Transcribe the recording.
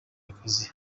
akazi